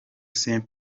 saint